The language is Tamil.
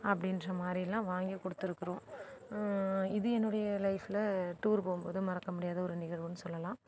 அப்படின்ற மாதிரிலாம் வாங்கி கொடுத்துருக்றோம் இது என்னுடைய லைஃப்பில் டூர் போகும்போது மறக்க முடியாத ஒரு நிகழ்வுன்னு சொல்லலாம்